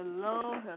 hello